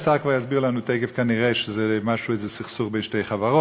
השר כנראה כבר יסביר לנו תכף שזה איזה סכסוך בין שתי חברות,